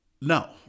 No